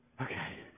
Okay